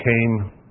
came